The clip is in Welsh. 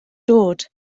dod